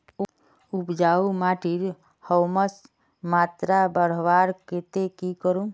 उपजाऊ माटिर ह्यूमस मात्रा बढ़वार केते की करूम?